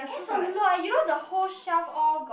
that's a lot you know the whole shelf all got